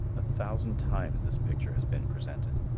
a thousand times this picture has been presented.